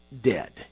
dead